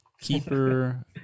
Keeper